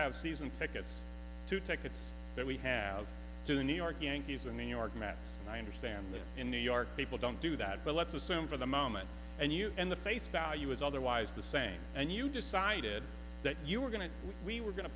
have season tickets to tickets that we have to new york yankees or new york mets i understand that in new york people don't do that but let's assume for the moment and you and the face value is otherwise the same and you decided that you were going to we were going to